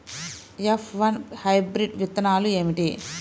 F one hybrid విత్తనాలు ఏమిటి?